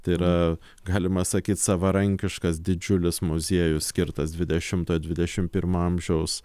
tai yra galima sakyt savarankiškas didžiulis muziejus skirtas dvidešimto dvidešim pirmo amžiaus